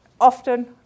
often